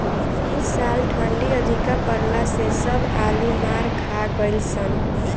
इ साल ठंडी अधिका पड़ला से सब आलू मार खा गइलअ सन